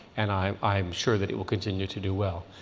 and i i am sure that it will continue to do well.